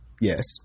yes